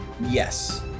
yes